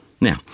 Now